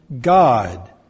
God